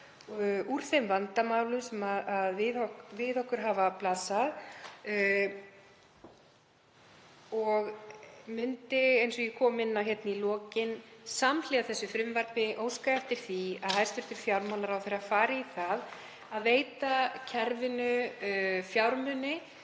úr þeim vandamálum sem við okkur hafa blasað og ég myndi, eins og ég kom inn á í lokin, samhliða þessu frumvarpi óska eftir því að hæstv. fjármálaráðherra fari í það að veita kerfinu fjármuni